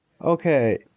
Okay